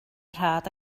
rhad